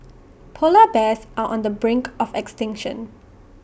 Polar Bears are on the brink of extinction